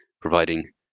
providing